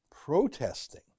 protesting